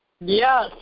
Yes